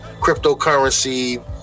Cryptocurrency